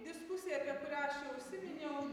diskusija apie kurią aš jau užsiminiau